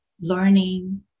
learning